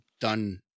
done